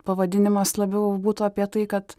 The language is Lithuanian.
pavadinimas labiau būtų apie tai kad